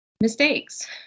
mistakes